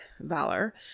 Valor